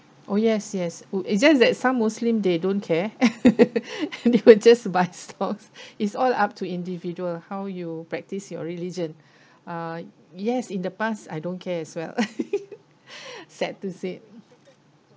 oh yes yes wou~ it's just that some muslim they don't care they will just buy stocks it's all up to individual lah how you practice your religion uh yes in the past I don't care as well sad to say